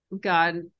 God